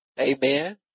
Amen